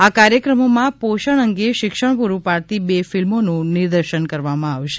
આ કાર્યક્રમોમાં પોષણ અંગે શિક્ષણ પૂર્ટ પાડતી બે ફિલ્મોનુ નિદર્શન કરવામાં આવશે